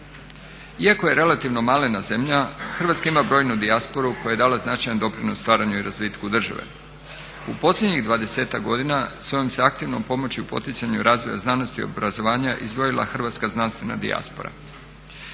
Iako je relativno malena zemlja Hrvatska ima brojnu dijasporu koja je dala značajan doprinos stvaranju i razvitku države. U posljednjih 20-ak godina svojom se aktivnom pomoći u poticanju razvoja znanosti i obrazovanja izdvojila hrvatska znanstvena dijaspora.